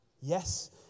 Yes